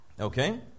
Okay